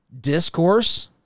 discourse